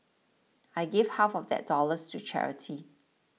I gave half of that dollars to charity